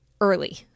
early